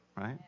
right